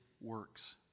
works